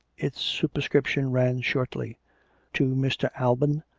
its superscription ran shortly to mr. alban,